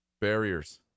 Barriers